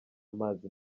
amazi